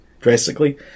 drastically